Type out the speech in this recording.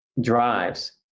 drives